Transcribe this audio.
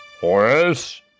Horace